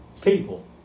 people